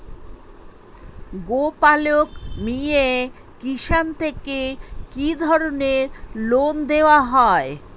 গোপালক মিয়ে কিষান থেকে কি ধরনের লোন দেওয়া হয়?